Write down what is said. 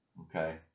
Okay